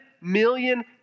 million